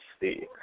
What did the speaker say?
see